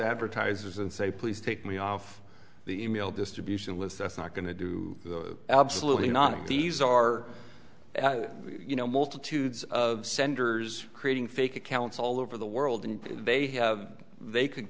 advertisers and say please take me off the e mail distribution list that's not going to do absolutely not and these are you know multitudes of senders creating fake accounts all over the world and they have they could